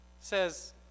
says